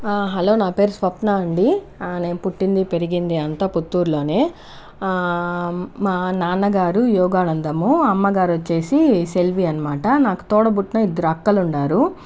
hello నా పేరు స్వప్న అండి నేను పుట్టింది పెరిగింది అంతా పుత్తూరులోనే మా నాన్నగారు యోగానందము అమ్మగారు వచ్చేసి సెల్వి అనమాట నాకు తోడబుట్టిన ఇద్దరు అక్కలు ఉన్నారు